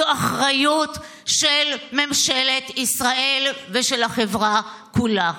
זו אחריות של ממשלת ישראל ושל החברה כולה.